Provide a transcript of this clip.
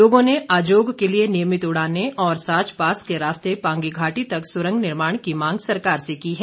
लोगों ने अजोग के लिए नियमित उड़ानें और साच पास के रास्ते पांगी घाटी तक सुंरग निर्माण की मांग सरकार से की है